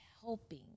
helping